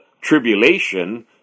tribulation